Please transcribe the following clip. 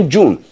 June